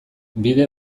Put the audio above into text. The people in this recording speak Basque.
bide